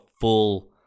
full